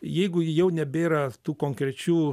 jeigu jau nebėra tų konkrečių